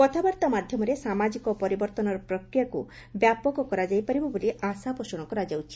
କଥାବାର୍ଭା ମାଧ୍ଧମରେ ସାମାଜିକ ପରିବର୍ଭନର ପ୍ରକ୍ରିୟାକୁ ବ୍ୟାପକ କରାଯାଇପାରିବ ବୋଳି ଆଶା ପୋଷଣ କରାଯାଉଛି